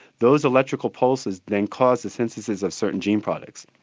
those electrical pulses then cause a synthesis of certain gene products.